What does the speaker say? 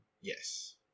Yes